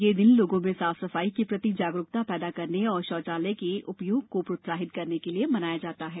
यह दिन लोगों में साफ सफाई के प्रति जागरूकता पैदा करने और शौचालय के उपयोग को प्रोत्साहित करने के लिए मनाया जाता है